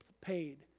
paid